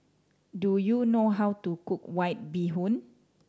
do you know how to cook White Bee Hoon